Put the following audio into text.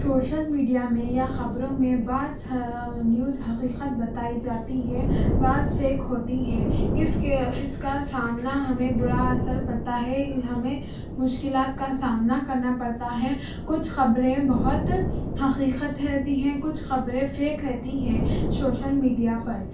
social media میں یا خبروں میں بعض نیوز حقیقت بتائی جاتی ہے بعض فیک ہوتی ہیں اس کے اس کا سامنا ہمیں بُرا اثر پڑتا ہے ان ہمیں مشکلات کا سامنا کرنا پڑتا ہے کچھ خبریں بہت حقیقت رہتی ہیں کچھ خبریں فیک رہتی ہیں سوشل میڈیا پر